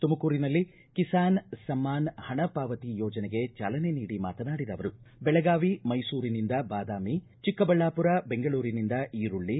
ತುಮಕೂರಿನಲ್ಲಿ ಕಿಸಾನ್ ಸಮ್ನಾನ್ ಹಣ ಪಾವತಿ ಯೋಜನೆಗೆ ಚಾಲನೆ ನೀಡಿ ಮಾತನಾಡಿದ ಅವರು ಬೆಳಗಾವಿ ಮೈಸೂರಿನಿಂದ ಬಾದಾಮಿ ಚಿಕ್ಕಬಳ್ಳಾಪುರ ಬೆಂಗಳೂರಿನಿಂದ ಈರುಳ್ಳಿ